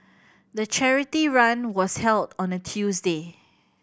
the charity run was held on a Tuesday